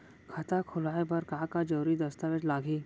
खाता खोलवाय बर का का जरूरी दस्तावेज लागही?